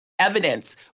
evidence